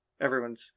everyone's